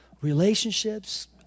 relationships